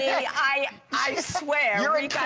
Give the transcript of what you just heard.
yeah i i swear we